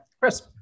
Chris